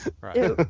right